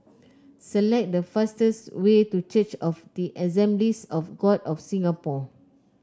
select the fastest way to Church of the Assemblies of God of Singapore